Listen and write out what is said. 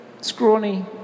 scrawny